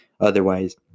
Otherwise